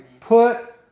put